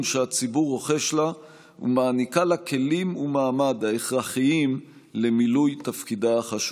שהציבור רוחש לה ומעניקה לה כלים ומעמד ההכרחיים למילוי תפקידה החשוב.